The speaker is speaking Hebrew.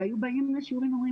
והיו באים אליי נשים ואומרות,